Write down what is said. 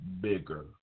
bigger